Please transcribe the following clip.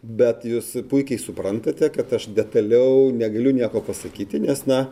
bet jūs puikiai suprantate kad aš detaliau negaliu nieko pasakyti nes na